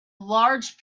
large